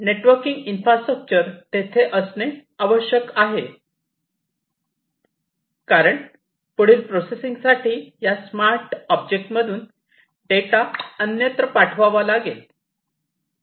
networking infrastructure तेथे असणे आवश्यक आहे कारण पुढील प्रोसेसिंगसाठी या स्मार्ट ऑब्जेक्ट्समधून डेटा अन्यत्र पाठवावा लागेल